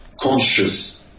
conscious